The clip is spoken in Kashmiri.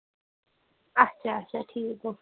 اچھا اچھا ٹھیٖک گوٚو